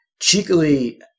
cheekily